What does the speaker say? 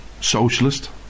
socialist